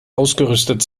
ausgerüstet